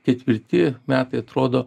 ketvirti metai atrodo